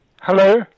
Hello